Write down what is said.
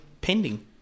pending